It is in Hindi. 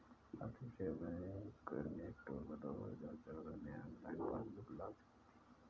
भारतीय स्टेट बैंक ने अक्टूबर दो हजार चौदह में ऑनलाइन पासबुक लॉन्च की थी